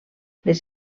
les